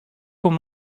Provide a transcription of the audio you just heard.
qu’on